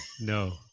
no